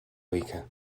weaker